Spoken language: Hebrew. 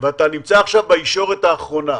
ואתה נמצא עכשיו בישורת האחרונה,